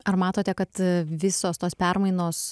ar matote kad visos tos permainos